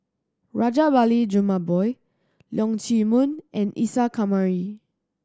Rajabali Jumabhoy Leong Chee Mun and Isa Kamari